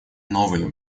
новые